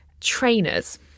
trainers